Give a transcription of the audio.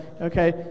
okay